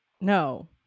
no